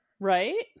Right